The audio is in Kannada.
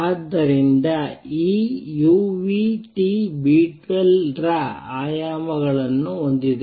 ಆದ್ದರಿಂದ ಈ uTB12ರ ಆಯಾಮಗಳನ್ನು ಹೊಂದಿದೆ